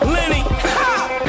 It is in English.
Lenny